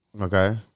Okay